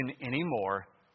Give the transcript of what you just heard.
anymore